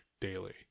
daily